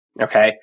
okay